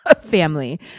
family